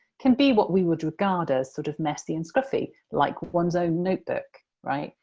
can be what we would regard as sort of messy and scruffy, like one's own notebook, right?